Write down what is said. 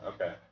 Okay